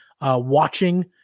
Watching